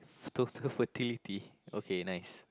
total fertility okay nice